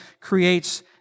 creates